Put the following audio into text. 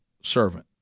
servant